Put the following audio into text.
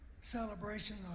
celebration